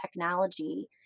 technology